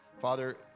Father